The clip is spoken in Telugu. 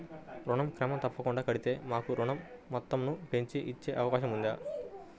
ఋణం క్రమం తప్పకుండా కడితే మాకు ఋణం మొత్తంను పెంచి ఇచ్చే అవకాశం ఉందా?